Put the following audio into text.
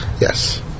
Yes